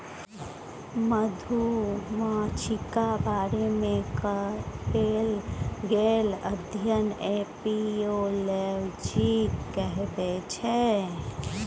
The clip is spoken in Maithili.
मधुमाछीक बारे मे कएल गेल अध्ययन एपियोलाँजी कहाबै छै